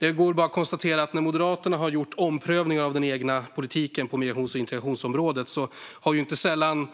Det är bara att konstatera att när Moderaterna har gjort omprövningar av den egna politiken på migrations och integrationsområdet har inte sällan